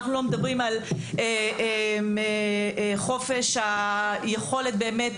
אנחנו לא מדברים על חופש היכולת באמת,